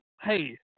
hey